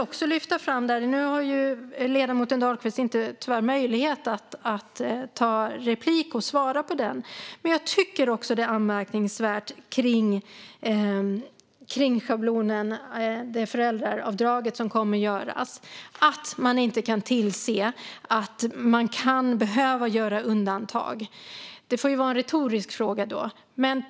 Nu kan ledamoten Dahlqvist inte ta replik och svara på min fråga, men jag tycker att det är anmärkningsvärt med det föräldraavdrag som kommer att göras i schablonen. Det går inte att göra undantag. Och då får det bli en retorisk fråga.